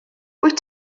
wyt